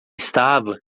estava